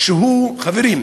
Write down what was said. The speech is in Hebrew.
חברים,